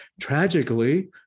tragically